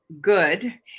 good